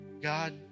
God